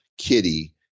kitty